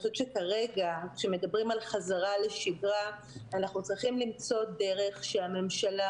כרגע כשמדברים על חזרה לשגרה אנחנו צריכים למצוא דרך שהממשלה